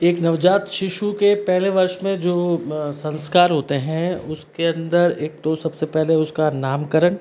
एक नवजात शिशु के पहले वर्ष में जो संस्कार होते हैं उसके अंदर एक तो सबसे पहले उसका नामकरण